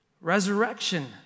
Resurrection